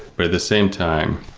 but at the same time,